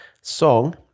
song